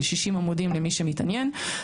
60 עמודים למי שמתעניין.